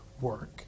work